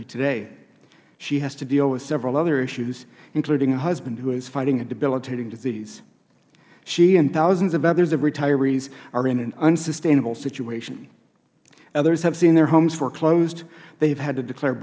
me today she has to deal with several other issues including a husband who is fighting a debilitating disease she and thousands of other retirees are in an unsustainable situation others have seen their homes foreclosed they have had to declare